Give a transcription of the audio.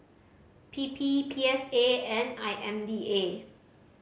P P P S A and I M D A